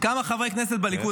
כמה חברי כנסת בליכוד